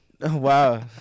wow